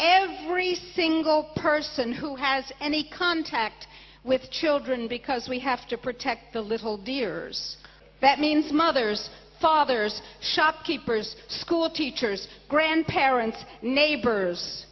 basis very thing go person who has any contact with children because we have to protect the little dears that means mothers fathers shopkeepers school teachers grandparents neighbors